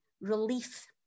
Relief